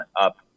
up